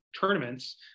tournaments